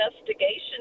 investigation